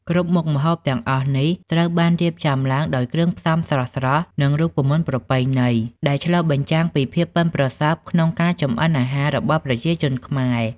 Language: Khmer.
គ្រប់មុខម្ហូបទាំងអស់នេះ ត្រូវបានរៀបចំឡើងដោយគ្រឿងផ្សំស្រស់ៗ និងរូបមន្តប្រពៃណី ដែលឆ្លុះបញ្ចាំងពីភាពប៉ិនប្រសប់ក្នុងការចម្អិនអាហាររបស់ប្រជាជនខ្មែរ។